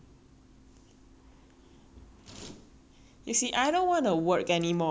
you see I don't wanna work anymore okay I don't want to work I want to retire young